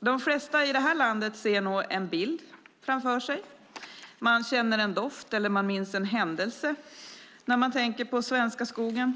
De flesta i det här landet ser nog en bild framför sig. Man känner en doft eller minns en händelse när man tänker på svenska skogen.